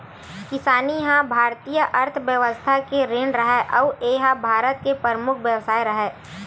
किसानी ह भारतीय अर्थबेवस्था के रीढ़ हरय अउ ए ह भारत के परमुख बेवसाय हरय